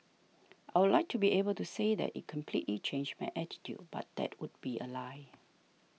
I would like to be able to say that it completely changed my attitude but that would be a lie